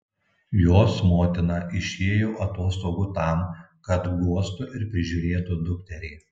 jos motina išėjo atostogų tam kad guostų ir prižiūrėtų dukterį